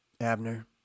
Abner